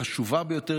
החשובה ביותר,